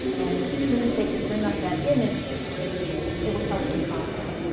and as soon as they could bring up that image it would help them calm down